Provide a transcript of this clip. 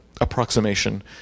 Approximation